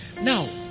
Now